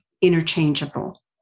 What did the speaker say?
interchangeable